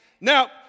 Now